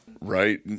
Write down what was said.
Right